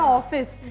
office